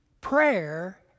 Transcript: prayer